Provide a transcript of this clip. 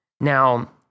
Now